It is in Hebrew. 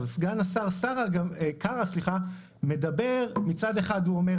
סגן השר קארה מצד אחד ואמר,